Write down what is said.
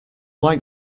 like